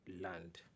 land